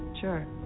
Sure